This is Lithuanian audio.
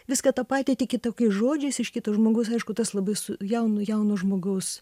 viską tą patį tik kitokiais žodžiais iš kito žmogus aišku tas labai su jaunu jauno žmogaus